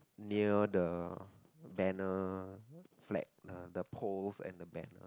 near the banner flag the poles and the banner